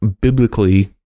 biblically